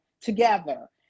together